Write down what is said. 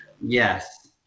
yes